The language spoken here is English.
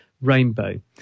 rainbow